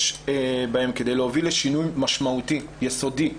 בהן כדי להוביל לשינוי משמעותי ויסודי.